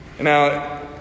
Now